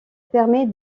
permet